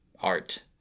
art